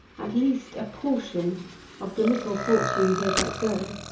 at least a portion of the little fortune he had let go.